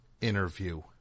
interview